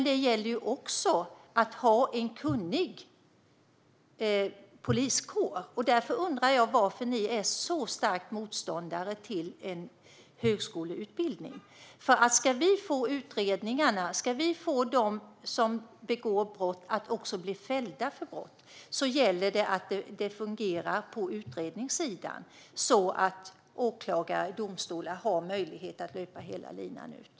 Det gäller också att ha en kunnig poliskår. Därför undrar jag varför ni är så starka motståndare till en högskoleutbildning. Ska vi få dem som begår brott att också bli fällda för brott gäller det att det fungerar på utredningssidan, så att åklagare och domstolar har möjlighet att löpa hela linan ut.